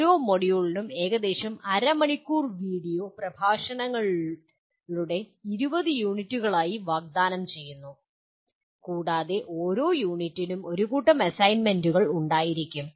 ഓരോ മൊഡ്യൂളിനും ഏകദേശം അര മണിക്കൂർ വീഡിയോ പ്രഭാഷണങ്ങളുടെ 20 യൂണിറ്റുകളായി വാഗ്ദാനം ചെയ്യുന്നു കൂടാതെ ഓരോ യൂണിറ്റിനും ഒരു കൂട്ടം അസൈൻമെന്റുകൾ ഉണ്ടായിരിക്കും